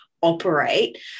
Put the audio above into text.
operate